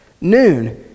noon